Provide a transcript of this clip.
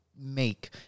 make